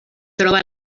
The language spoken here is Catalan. troba